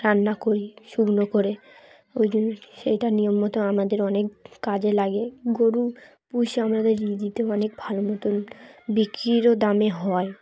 রান্না করি শুকনো করে ওই জন্য সেইটা নিয়ম মতো আমাদের অনেক কাজে লাগে গরু পুষে আমাদের দিতে অনেক ভালো মতন বিক্রিরও দামে হয়